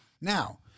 Now